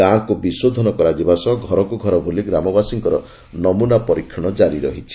ଗାଁକୁ ବିଶୋଧନ କରାଯିବା ସହ ଘରକୁ ଘର ବୁଲି ଗ୍ରାମବାସୀଙ୍କର ନମୁନା ପରୀକ୍ଷଣ ଜାରି ରହିଛି